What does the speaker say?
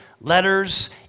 letters